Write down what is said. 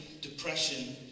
depression